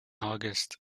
august